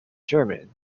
german